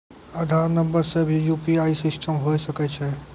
आधार नंबर से भी यु.पी.आई सिस्टम होय सकैय छै?